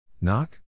Knock